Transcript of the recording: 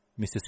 Mrs